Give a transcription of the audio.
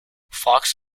fox